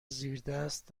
زیردست